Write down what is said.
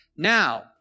Now